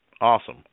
Awesome